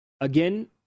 Again